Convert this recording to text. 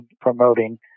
promoting